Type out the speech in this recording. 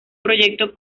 proyecto